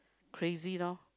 crazy lor